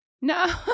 No